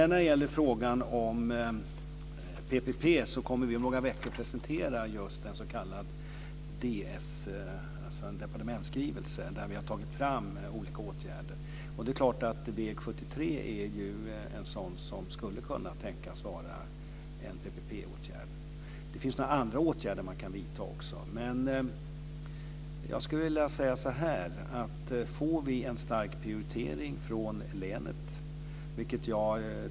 När det gäller frågan om PPP kommer vi om några veckor att presentera en departementsskrivelse där vi har tagit fram olika åtgärder. Det är klart att väg 73 är en sådan väg som skulle kunna vara en PPP-åtgärd. Det finns också några andra åtgärder som man kan vidta. Jag skulle dock vilja säga att det gäller att få en stark prioritering från länet.